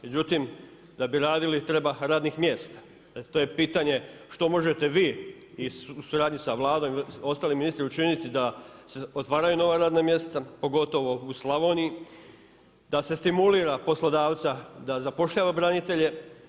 Međutim, da bi radili treba radnih mjesta, to je pitanje što možete vi i u suradnji sa Vladom i sa ostalim ministrima učiniti da se otvaraju nova radna mjesta, pogotovo u Slavoniji, da se stimulira poslodavca da zapošljava branitelje.